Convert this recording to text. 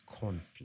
conflict